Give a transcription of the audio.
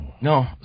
No